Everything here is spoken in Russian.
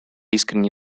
искренне